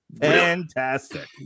Fantastic